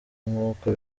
nk’uko